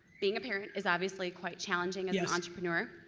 being a parent is obviously quite challenging as an entrepreneur.